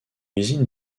usine